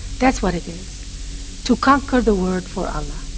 that's what it is to conquer the word for allah